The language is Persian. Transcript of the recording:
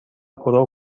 پرو